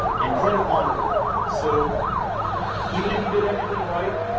and credit monitoring. so even if you did everything right,